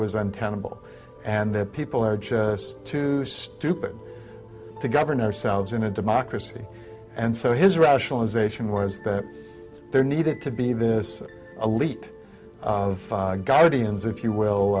untenable and that people are just too stupid to govern ourselves in a democracy and so his rationalization was that there needed to be this elite of guardians if you will